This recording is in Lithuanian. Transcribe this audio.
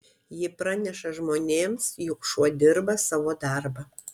ji praneša žmonėms jog šuo dirba savo darbą